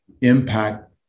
impact